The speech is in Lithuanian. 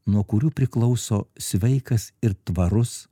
nuo kurių priklauso sveikas ir tvarus